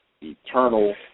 Eternal